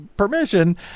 permission